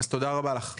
אז תודה רבה לך אפרת.